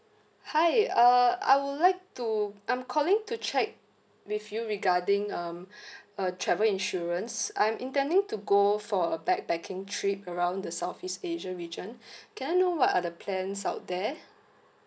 hi uh I would like to I'm calling to check with you regarding um a travel insurance I'm intending to go for a backpacking trip around the southeast asia region can I know what are the plans out there